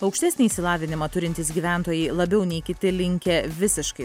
aukštesnį išsilavinimą turintys gyventojai labiau nei kiti linkę visiškai